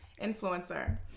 Influencer